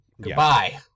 Goodbye